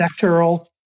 sectoral